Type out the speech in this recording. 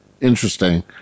interesting